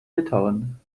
litauen